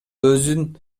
өзүн